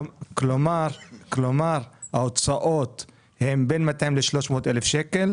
כלומר, ההוצאות הן בין 200,000 ₪ ל-300,000 ₪,